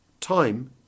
Time